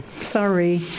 Sorry